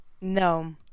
no